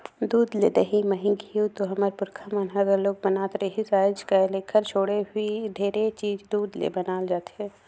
दूद ले दही, मही, घींव तो हमर पूरखा मन ह घलोक बनावत रिहिस हे, आयज कायल एखर छोड़े भी ढेरे चीज दूद ले बनाल जाथे